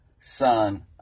Son